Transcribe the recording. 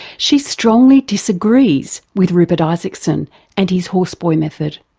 she strongly disagrees with rupert isaacson and his horse boy method.